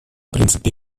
принципе